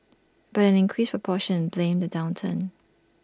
but an increasing proportion blamed the downturn